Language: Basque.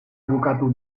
bukatu